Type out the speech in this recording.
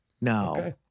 No